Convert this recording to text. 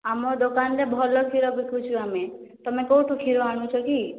ଆମ ଦୋକାନରେ ଭଲ କ୍ଷୀର ବିକୁଛୁ ଆମେ ତୁମେ କେଉଁଠୁ କ୍ଷୀର ଆଣୁଛ କି